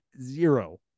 zero